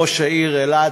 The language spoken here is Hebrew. ראש העיר אילת,